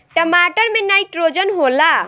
टमाटर मे नाइट्रोजन होला?